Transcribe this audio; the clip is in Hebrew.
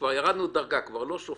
כבר ירדנו דרגה, זה כבר לא שופט.